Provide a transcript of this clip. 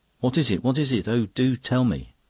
what is it? what is it? oh, do tell me!